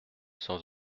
sans